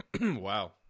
wow